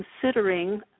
considering